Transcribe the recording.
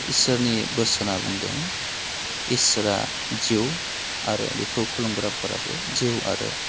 ईसोरनि बोसोना बुंदों ईसोरा जिउ आरो बेखौ खुलुमग्राफोराबो जिउ आरो